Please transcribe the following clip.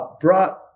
brought